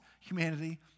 humanity